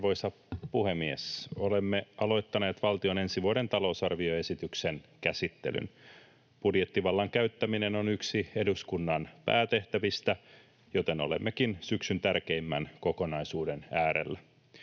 Arvoisa puhemies! Olemme aloittaneet valtion ensi vuoden talousarvioesityksen käsittelyn. Budjettivallan käyttäminen on yksi eduskunnan päätehtävistä, joten olemmekin syksyn tärkeimmän kokonaisuuden äärellä.